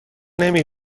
نمی